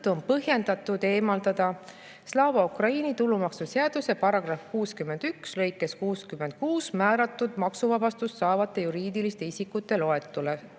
on põhjendatud eemaldada Slava Ukraini tulumaksuseaduse § 61 lõikes 66 määratud maksuvabastust saavate juriidiliste isikute loetelust.